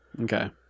Okay